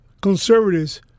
Conservatives